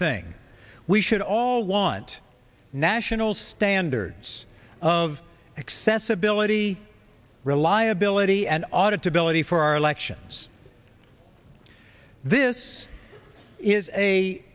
thing we should all want national standards of accessibility reliability and audit ability for our elections this is a